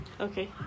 Okay